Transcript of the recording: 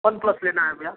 one plus लेना है भैया